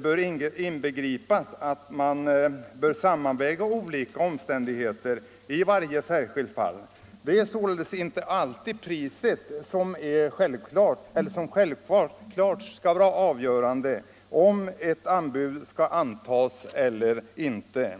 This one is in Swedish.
bör inbegripas att man skall sammanväga olika omständigheter i varje särskilt fall. Det är således inte alltid självklart, att priset skall vara avgörande för om ett anbud skall antas eller inte.